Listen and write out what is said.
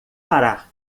parar